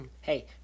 Hey